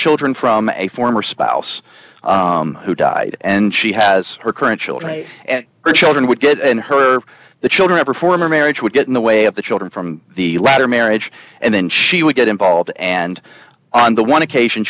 children from a former spouse who died and she has her current children and her children would get and her the children of her former marriage would get in the way of the children from the latter marriage and then she would get involved and on the one occasion